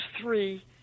three